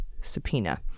subpoena